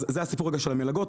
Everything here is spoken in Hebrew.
אז זה הסיפור הזה של המלגות.